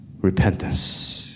repentance